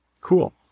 cool